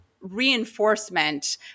reinforcement